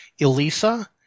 ELISA